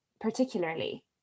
particularly